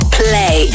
play